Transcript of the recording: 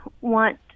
want